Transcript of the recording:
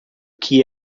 que